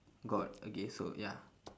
god okay so ya